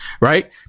Right